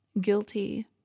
Guilty